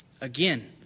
again